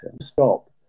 Stop